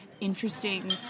interesting